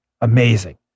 amazing